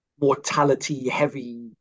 mortality-heavy